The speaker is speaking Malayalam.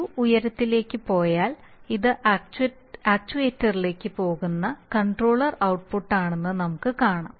u ഉയരത്തിലേക്ക് പോയാൽ ഇത് ആക്ച്യുവേറ്ററിലേക്ക് പോകുന്ന കൺട്രോളർ ഔട്ട്പുട്ടാണെന്ന് നമുക്ക് കാണാം